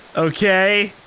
okay?